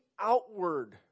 outward